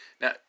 Now